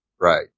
Right